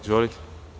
Izvolite.